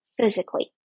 physically